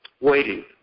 waiting